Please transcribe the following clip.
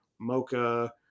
mocha